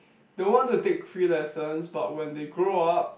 don't want to take free lessons but when they grow up